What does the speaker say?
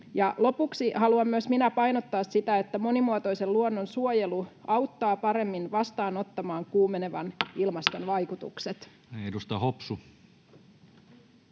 Lopuksi haluan myös minä painottaa sitä, että monimuotoisen luonnon suojelu auttaa paremmin vastaanottamaan kuumenevan ilmaston vaikutukset. Näin. — Edustaja Hopsu.